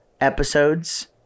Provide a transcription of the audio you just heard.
episodes